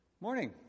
Morning